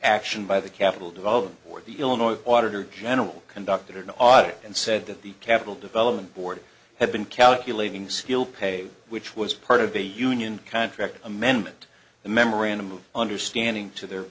action by the capital development or the illinois auditor general conducted an audit and said that the capital development board had been calculating skill pay which was part of a union contract amendment the memorandum of understanding to their